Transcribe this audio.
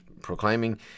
proclaiming